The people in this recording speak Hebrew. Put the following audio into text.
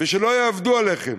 ושלא יעבדו עליכם,